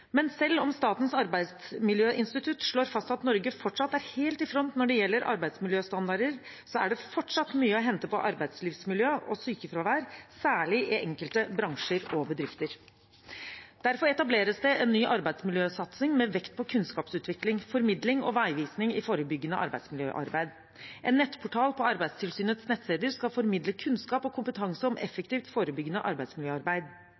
Men selv om Statens arbeidsmiljøinstitutt slår fast at Norge er helt i front når det gjelder arbeidsmiljøstandarder, er det fortsatt mye å hente på arbeidslivsmiljø og sykefravær, særlig i enkelte bransjer og bedrifter. Derfor etableres det en ny arbeidsmiljøsatsing med vekt på kunnskapsutvikling, formidling og veivisning i forebyggende arbeidsmiljøarbeid. En nettportal på Arbeidstilsynets nettsider skal formidle kunnskap og kompetanse om effektivt forebyggende arbeidsmiljøarbeid.